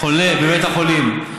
חולה בבית החולים,